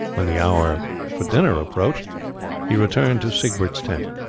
when the hour for dinner approached he returned to siegbert's tent.